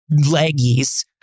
leggies